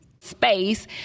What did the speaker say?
space